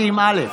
הארתי, עם אל"ף.